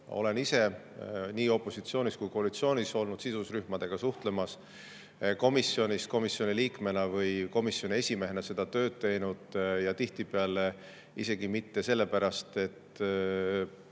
Olen ise nii opositsioonis kui ka koalitsioonis olles sidusrühmadega suhelnud, komisjonis komisjoni liikmena või komisjoni esimehena seda tööd teinud. Tihtipeale isegi mitte sellepärast, et